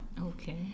Okay